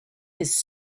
his